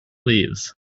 leaves